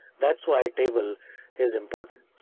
that's why table is important.